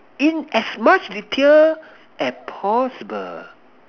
in as much detail as possible